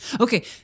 Okay